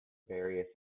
various